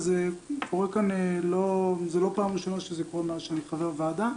וזה לא פעם ראשונה שזה קורה מאז שאני חבר ועדה.